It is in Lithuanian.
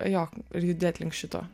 jo ir judėt link šito